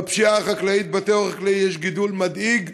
בפשיעה החקלאית יש גידול מדאיג,